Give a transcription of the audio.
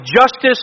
justice